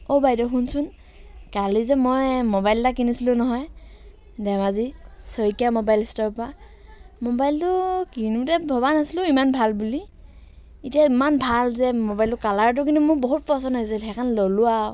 অ' বাইদেউ শুনচোন কালি যে মই মোবাইল এটা কিনিছিলোঁ নহয় ধেমাজি শইকীয়া মোবাইল ষ্ট'ৰৰ পৰা মোবাইলটো কিনোতে ভবা নাছিলোঁ ইমান ভাল বুলি এতিয়া ইমান ভাল যে মোবাইলটো কালাৰটো কিন্তু মোৰ বহুত পচন্দ হৈছিল সেইকাৰণে ল'লোঁ আৰু